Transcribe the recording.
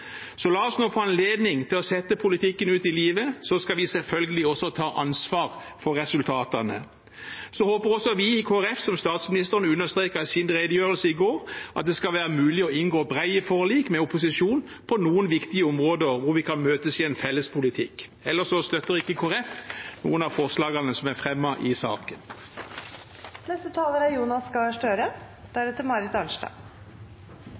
så skal vi selvfølgelig også ta ansvar for resultatene. Så håper også vi i Kristelig Folkeparti, som statsministeren understreket i sin redegjørelse i går, at det det skal være mulig å inngå brede forlik med opposisjonen på noen viktige områder hvor vi kan møtes i en felles politikk. Kristelig Folkeparti støtter ikke noen av forslagene som fremmet er i saken. Det er